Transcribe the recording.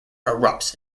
erupts